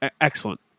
excellent